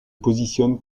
positionne